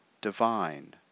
divine